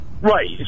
Right